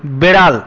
বেড়াল